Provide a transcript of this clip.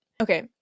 okay